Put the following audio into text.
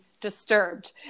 disturbed